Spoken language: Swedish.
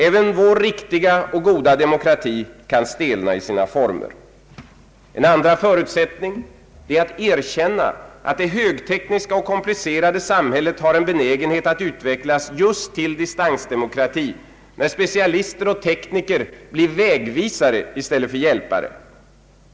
Även vår riktiga och goda demokrati kan stelna i sina former. En andra förutsättning är att erkänna att det högtekniska och komplicerade samhället har en benägenhet att utvecklas just till distansdemokrati, när specialister och tekniker blir vägvisare i stället för hjälpare.